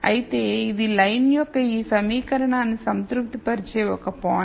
అయితే ఇది లైన్ యొక్క ఈ సమీకరణాన్ని సంతృప్తిపరిచే ఒక పాయింట్